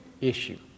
issue